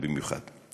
במיוחד.